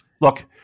Look